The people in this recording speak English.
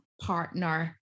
partner